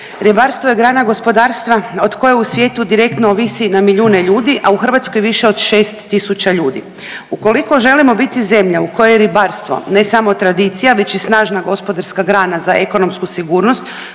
Ribarstvo je grana gospodarstva od koje u svijetu direktno ovisi na milijune ljudi, a u Hrvatskoj više od 6.000 ljudi. Ukoliko želimo biti zemlja u kojoj je ribarstvo ne samo tradicija već i snažna gospodarska grana za ekonomsku sigurnost